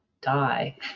Die